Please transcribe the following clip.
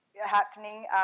happening